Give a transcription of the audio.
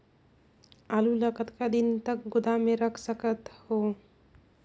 आलू ल कतका दिन तक गोदाम मे रख सकथ हों?